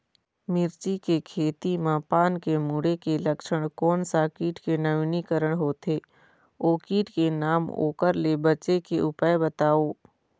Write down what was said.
मिर्ची के खेती मा पान के मुड़े के लक्षण कोन सा कीट के नवीनीकरण होथे ओ कीट के नाम ओकर ले बचे के उपाय बताओ?